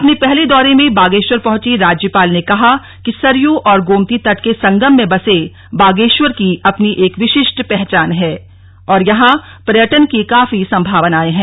अपने पहले दौरे में बागेश्वर पहंची राज्यपाल ने कहा कि सरयू और गोमती तट के संगम में बसे बागेश्वर की अपनी एक विशिष्ट पहचान है और यहां पर्यटन की काफी संभावनाए हैं